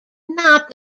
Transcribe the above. not